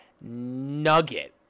nugget